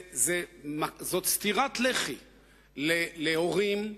זאת סטירת לחי להורים,